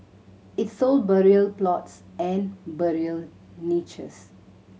it sold burial plots and burial niches